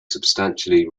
substantially